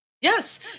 Yes